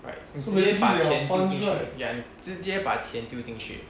right 直接拿钱丢进去 ya 你直接把钱丢进去